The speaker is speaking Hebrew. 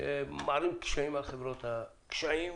שמערים קשיים על חברות הסלולר